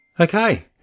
Okay